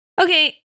Okay